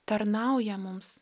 tarnauja mums